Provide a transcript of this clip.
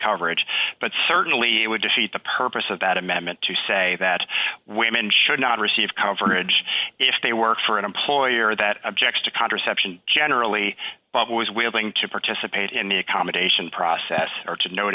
coverage but certainly it would defeat the purpose of that amendment to say that women should not receive coverage if they work for an employer that objects to contraception generally but was willing to participate in the accommodation process or to know